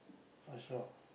I saw